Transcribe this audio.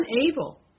unable